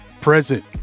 present